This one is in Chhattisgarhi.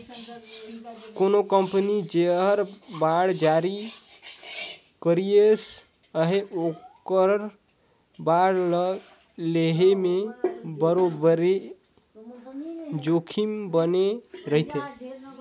कोनो कंपनी जेहर बांड जारी करिस अहे ओकर बांड ल लेहे में बरोबेर जोखिम बने रहथे